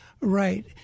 Right